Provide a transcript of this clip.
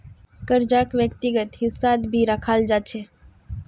कर्जाक व्यक्तिगत हिस्सात भी रखाल जा छे